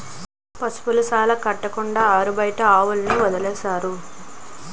పశువుల శాలలు కట్టకుండా ఆరుబయట ఆవుల్ని వదిలేస్తారు